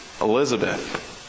Elizabeth